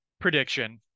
prediction